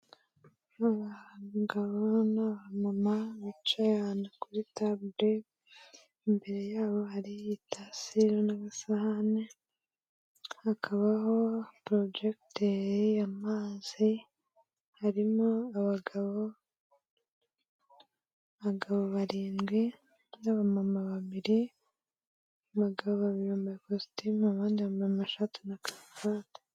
Aba ngabo ni abamama bicaye ahantu kuri table, imbere y'abo haritasi n'amasahane hakabaho projegiteri, amazi, harimo abagabo abagabo barindwi n'abamama babiri, abagabo babiri bambaye kositimu abandi bambaye amashati na karuvati.